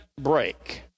break